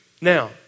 Now